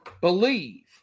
believe